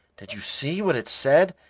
did you see what it said?